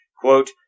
quote